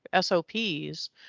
SOPs